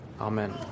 Amen